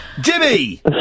Jimmy